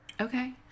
okay